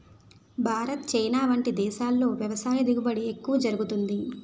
Bharat, China వంటి దేశాల్లో వ్యవసాయ దిగుబడి ఎక్కువ జరుగుతుంది